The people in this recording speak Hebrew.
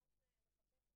צריך לפתוח במשא